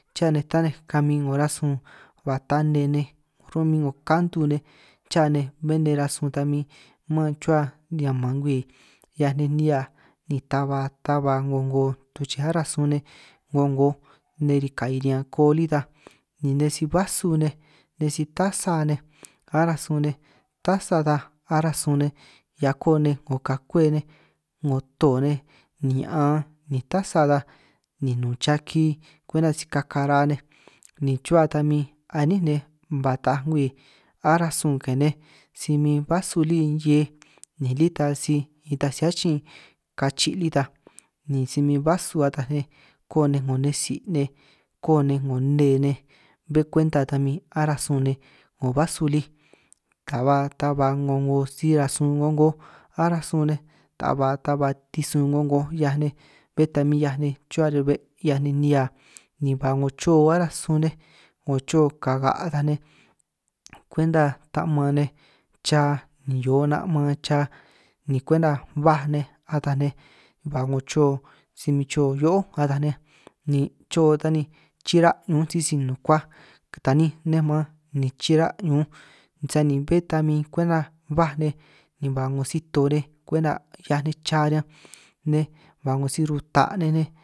Cha nej tanej kamin 'ngo rasun ba taaj nne nej ro'min 'ngo kantu nej, cha nej bé nej rasun ta min mán chuhua riñan man ngwii 'hiaj nej nihia, ni ta ba ta ba 'ngo 'ngo tuchej aráj sun nej 'ngo 'ngo nne ri' ka'i riñan koo lí ta, ni nej sij basu nej nej si-tasa nej aráj sun nej tasa ta aráj sun nej hia koo nej 'ngo kakwej nej, 'ngo too nej ni ñaan ni tasa ta ni nnun chaki kwenta si kaka raa nej, chuhua ta min a'nín nej ba taaj ngwii aráj sun ke nej si min basu lí hiej ni lí ta si nitaj si achin kachi' lí ta, ni si min basu ataj nej koo nej 'ngo nne tsi nej koo nej 'ngo nne nej, bé kwenta ta min aráj suj nej 'ngo basu lí ta ba ta ba 'ngo 'ngo si rasun ko'ngoj, aráj sun nej ta ba ta ba tisun ko'ngoj 'hiaj nej bé ta min 'hiaj nej chuhua rabe' 'hiaj nej nihia, ba ni 'ngo chio aráj sun nej 'ngo chio kaga' ataj nej kwenta ta'man nej cha ni hio na'man cha, ni kwenta baj nej ata nej ba 'ngo chio si min chio hio'ó ataj nej, ni chio ta ni chira' ñunj sisi nukuaj taninj nej man ni chira' ñunj, sani bé ta min kwenta baj nej ni ba 'ngo sito nej kwenta ki'hiaj nej cha riñanj ni ba 'ngo si rutaj nej nej.